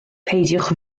peidiwch